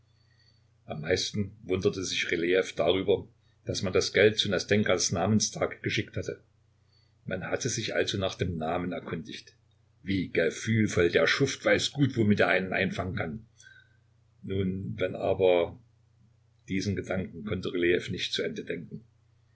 am meisten wunderte sich rylejew darüber daß man das geld zu nastenjkas namenstage geschickt hatte man hatte sich also nach dem namen erkundigt wie gefühlvoll der schuft weiß gut womit er einen einfangen kann nun wenn aber diesen gedanken konnte rylejew nicht zu ende denken